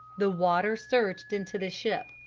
the water surged into the ship.